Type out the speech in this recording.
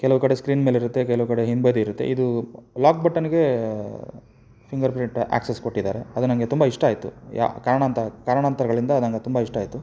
ಕೆಲವು ಕಡೆ ಸ್ಕ್ರೀನ್ ಮೇಲಿರುತ್ತೆ ಕೆಲವು ಕಡೆ ಹಿಂಬದಿ ಇರುತ್ತೆ ಇದು ಲಾಕ್ ಬಟನ್ನಿಗೇ ಫಿಂಗರ್ಪ್ರಿಂಟ್ ಆ್ಯಕ್ಸೆಸ್ ಕೊಟ್ಟಿದ್ದಾರೆ ಅದು ನನಗೆ ತುಂಬ ಇಷ್ಟ ಆಯಿತು ಯಾ ಕಾರಣಾಂತ ಕಾರಣಾಂತರಗಳಿಂದ ನನ್ಗದು ತುಂಬ ಇಷ್ಟ ಆಯಿತು